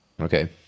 okay